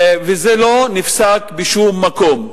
וזה לא נפסק בשום מקום.